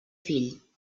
fill